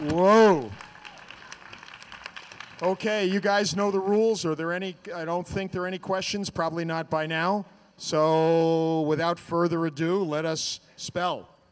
you ok you guys know the rules are there any i don't think there are any questions probably not by now so without further ado let us spell